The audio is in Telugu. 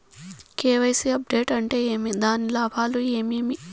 కె.వై.సి అప్డేట్ అంటే ఏమి? దాని లాభాలు ఏమేమి?